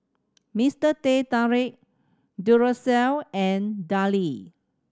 Mister Teh Tarik Duracell and Darlie